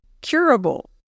curable